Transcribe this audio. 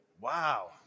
Wow